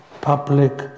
public